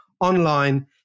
online